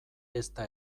ezta